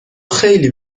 خیلی